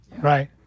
Right